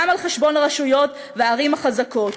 גם על חשבון הרשויות והערים החזקות.